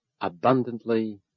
abundantly